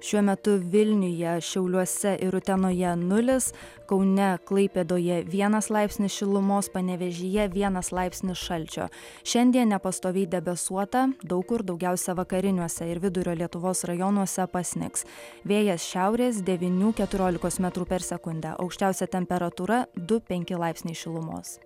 šiuo metu vilniuje šiauliuose ir utenoje nulis kaune klaipėdoje vienas laipsnis šilumos panevėžyje vienas laipsnis šalčio šiandien nepastoviai debesuota daug kur daugiausia vakariniuose ir vidurio lietuvos rajonuose pasnigs vėjas šiaurės devynių keturiolikos metrų per sekundę aukščiausia temperatūra du penki laipsniai šilumos